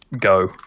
Go